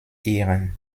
irren